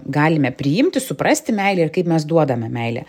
galime priimti suprasti meilę ir kaip mes duodame meilę